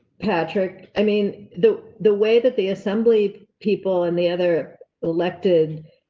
patrick, i mean, the, the way that the assembly people and the other elected.